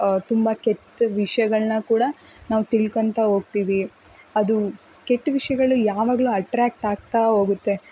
ತುಂಬ ಕೆಟ್ಟ ವಿಷಯಗಳ್ನ ಕೂಡ ನಾವು ತಿಳ್ಕೊತ ಹೋಗ್ತೀವಿ ಅದೂ ಕೆಟ್ಟ ವಿಷಯಗಳು ಯಾವಾಗಲೂ ಅಟ್ರಾಕ್ಟ್ ಆಗ್ತಾ ಹೋಗುತ್ತೆ